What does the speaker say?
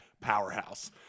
powerhouse